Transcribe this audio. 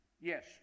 Yes